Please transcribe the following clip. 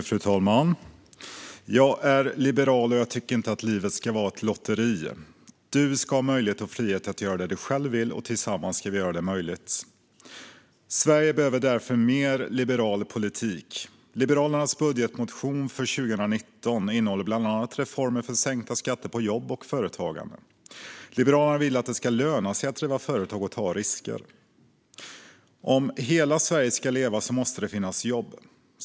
Fru talman! Jag är liberal, och jag tycker inte att livet ska vara ett lotteri. Du ska ha möjlighet och frihet att göra det du själv vill, och tillsammans ska vi göra det möjligt. Sverige behöver därför mer liberal politik. Liberalernas budgetmotion för 2019 innehåller bland annat reformer för sänkta skatter på jobb och företagande. Liberalerna vill att det ska löna sig att driva företag och ta risker. Om hela Sverige ska leva måste det finnas jobb.